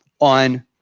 on